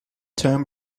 term